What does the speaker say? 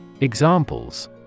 Examples